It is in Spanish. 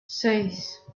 seis